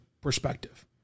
perspective